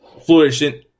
flourishing